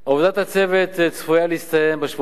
סיום עבודת הצוות צפוי בשבועות הקרובים.